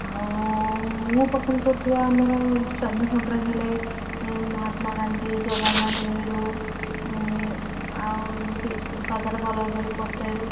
ଆଉ ମୁଁ ପସନ୍ଦ କରୁଥିବା ଆମର ସ୍ୱାଧୀନତା ସଂଗ୍ରାମୀ ହେଲେ ମହାତ୍ମା ଗାନ୍ଧୀ ଜବାହାରଲାଲ୍ ନେହୁରୁ ଆଉ ଯଦି ସର୍ଦ୍ଦାର୍ ବଲ୍ଳଭ୍ ଭାଇ ପଟେଲ୍